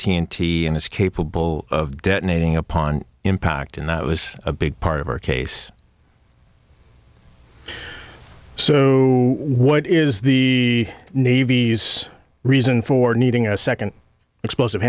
t and is capable of detonating upon impact and that was a big part of our case so what is the navy's reason for needing a second explosive